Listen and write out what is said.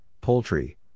poultry